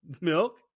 Milk